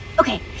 Okay